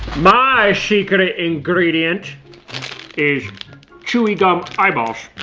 my secret ah ingredient is chewy gum eyeballs.